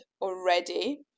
already